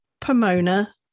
Pomona